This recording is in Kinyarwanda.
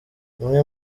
umwe